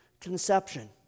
conception